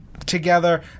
together